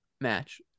match